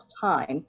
time